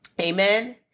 Amen